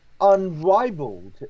unrivaled